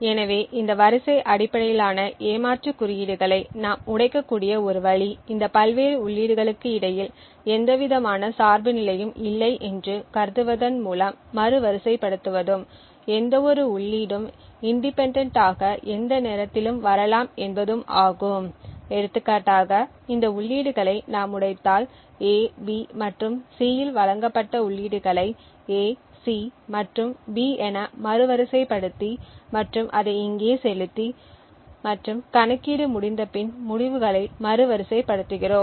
எனவே இந்த வரிசை அடிப்படையிலான ஏமாற்று குறியீடுகளை நாம் உடைக்கக்கூடிய ஒரு வழி இந்த பல்வேறு உள்ளீடுகளுக்கு இடையில் எந்தவிதமான சார்புநிலையும் இல்லை என்று கருதுவதன் மூலம் மறுவரிசைப்படுத்துவதும் எந்தவொரு உள்ளீடும் இன்டெபேன்டென்ட் ஆக எந்த நேரத்திலும் வரலாம் என்பதும் ஆகும் எடுத்துக்காட்டாக இந்த உள்ளீடுகளை நாம் உடைத்தால் A B மற்றும் C இல் வழங்கப்பட்ட உள்ளீடுகளை A C மற்றும் B என மறுவரிசைப்படுத்தி மற்றும் அதை இங்கே செலுத்தி மற்றும் கணக்கீடு முடிந்தபின் முடிவுகளை மறுவரிசைப்படுத்துகிறோம்